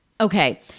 Okay